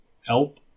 help